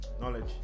Knowledge